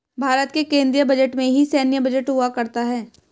भारत के केन्द्रीय बजट में ही सैन्य बजट हुआ करता है